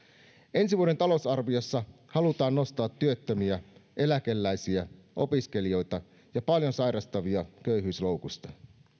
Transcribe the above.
ensi vuoden talousarviossa halutaan nostaa työttömiä eläkeläisiä opiskelijoita ja paljon sairastavia köyhyysloukusta